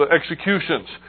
executions